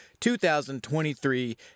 2023